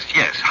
yes